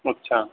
اچھا